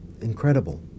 Incredible